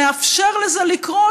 מאפשר לזה לקרות,